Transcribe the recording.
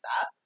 up